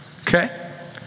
Okay